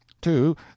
Two